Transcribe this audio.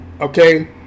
Okay